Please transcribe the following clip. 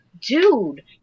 dude